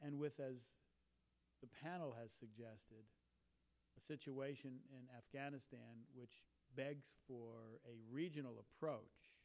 and with as the panel has suggested the situation in afghanistan which begs for a regional approach